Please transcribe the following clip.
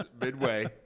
midway